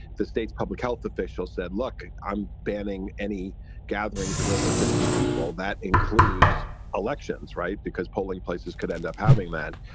the state's public health officials said, look, i'm banning any gatherings of over fifty people. that includes elections. right. because polling places could end up having that.